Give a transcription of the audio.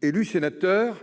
Élu sénateur